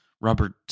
Robert